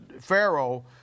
Pharaoh